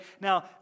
Now